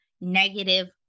negative